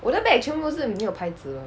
我的 bag 全部都是没有牌子的